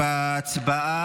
הצעת